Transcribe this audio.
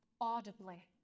audibly